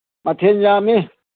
ꯃꯊꯦꯟ ꯌꯥꯝꯃꯤ